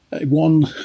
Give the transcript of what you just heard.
One